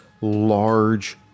large